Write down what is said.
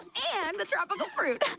and the tropical fruit